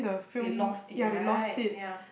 they lost it right ya